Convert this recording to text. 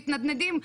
מתנדנדים,